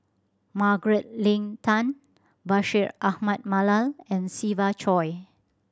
Margaret Leng Tan Bashir Ahmad Mallal and Siva Choy